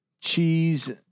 cheese